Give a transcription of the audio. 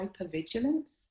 hypervigilance